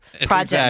project